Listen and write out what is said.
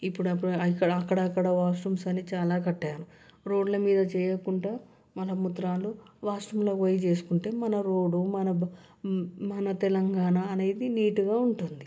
ఇప్పుడు అప్పుడు అక్కడ ఇక్కడ అక్కడ వాష్రూమ్స్ అని చాలా కట్టారు రోడ్ల మీద చేయకుండా మలమూత్రాలు వాష్ రూమ్లో పోయి చేసుకుంటే మన రోడ్డు మన మన తెలంగాణ అనేది నీట్గా ఉంటుంది